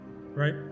Right